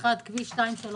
אחד, כביש 232,